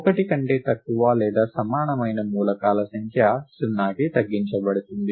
1 కంటే తక్కువ లేదా సమానమైన మూలకాల సంఖ్య 0కి తగ్గించబడుతుంది